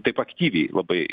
taip aktyviai labai